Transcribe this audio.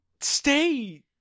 stay